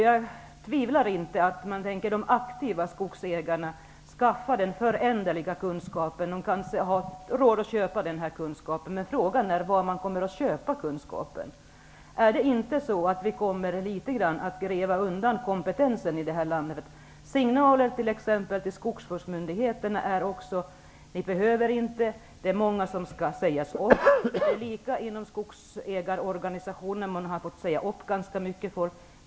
Jag tvivlar inte på att de aktiva skogsägarna skaffar sig den föränderliga kunskapen. De kanske har råd att göra det, men frågan är var de kommer att köpa den. Kommer vi inte att gräva undan kompetensen i detta land? Signalen till skogsvårdsmyndigheterna är också: Ni behöver inte göra någonting. Det är många som skall sägas upp. Skogsägarorganisationerna har redan fått säga upp ganska mycket folk.